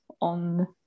on